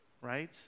Right